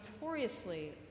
notoriously